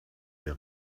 der